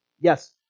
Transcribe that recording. yes